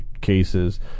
cases